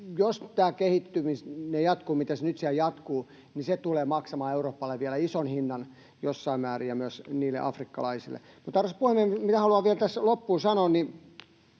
jos tämä kehitys jatkuu niin kuin se nyt siellä jatkuu, se tulee maksamaan Euroopalle vielä ison hinnan jossain määrin ja myös niille afrikkalaisille. Arvoisa puhemies, ja edustaja Kiljunen, haluan vielä tässä loppuun sanoa, että